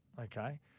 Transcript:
okay